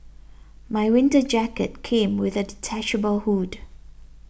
my winter jacket came with a detachable hood